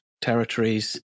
territories